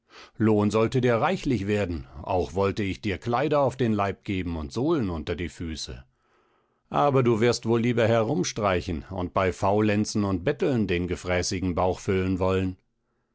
lohn sollte dir reichlich werden auch wollte ich dir kleider auf den leib geben und sohlen unter die füße aber du wirst wohl lieber herumstreichen und bei faulenzen und betteln den gefräßigen bauch füllen wollen